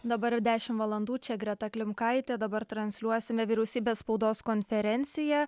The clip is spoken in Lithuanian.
dabar yra dešimt valandų čia greta klimkaitė dabar transliuosime vyriausybės spaudos konferenciją